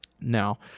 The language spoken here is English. Now